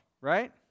right